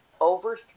over